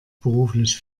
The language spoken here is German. beruflich